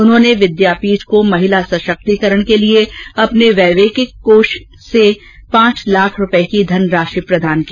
उन्होंने विद्यापीठ को महिला सशक्तिकरण के लिए अपने वैवेकिक अनुदान कोष से पांच लाख रूपये की धन राशि प्रदान की